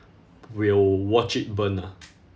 will watch it burn ah